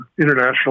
international